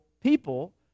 people